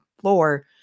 floor